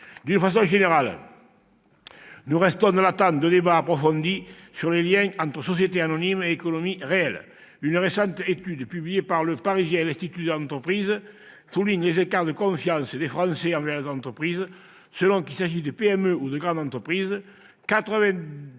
D'une façon générale, nous restons dans l'attente de débats approfondis sur les liens entre sociétés anonymes et économie réelle. Une récente étude publiée par et l'Institut de l'entreprise souligne les écarts de confiance des Français envers les entreprises, selon leur taille : 90 % d'opinions